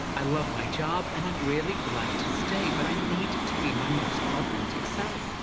i love my job and i'd really like to stay but i need to be my most authentic self.